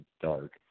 dark